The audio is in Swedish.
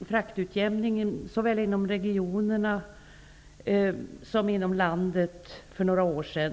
fraktutjämningen såväl inom regionerna som i landet som helhet för några år sedan.